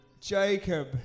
Jacob